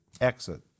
Exit